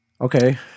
Okay